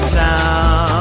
town